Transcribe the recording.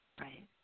Right